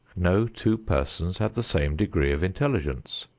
no two persons have the same degree of intelligence.